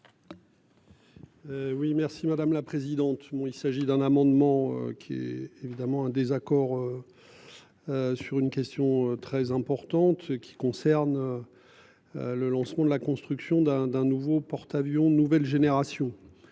Oui merci madame la présidente. Bon, il s'agit d'un amendement qui est évidemment un désaccord. Sur une question très importante qui concerne. Le lancement de la construction d'un d'un nouveau porte-. Avions de nouvelle génération.